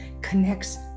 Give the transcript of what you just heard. connects